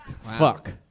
Fuck